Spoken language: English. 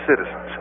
citizens